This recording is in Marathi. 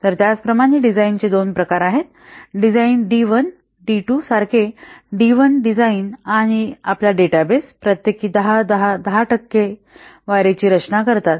तर त्याचप्रमाणे डिझाइन चे दोन प्रकार आहेत डिझाइन डी 1 डी 2 सारखे डी 1 डिझाइन आणि आपला डेटाबेस प्रत्येकी 10 10 10 टक्के टक्केवारीची रचना करतात